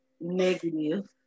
negative